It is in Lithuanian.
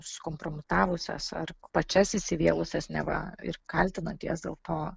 susikompromitavusias ar pačias įsivėlusias neva ir kaltina ties dėl to